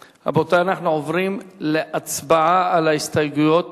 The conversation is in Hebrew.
רבותי, אנחנו עוברים להצבעה על ההסתייגויות